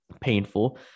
painful